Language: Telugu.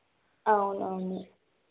అవునవును